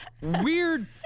weird